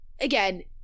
again